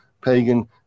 pagan